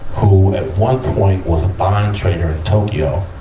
who at one point was a bond trader in tokyo,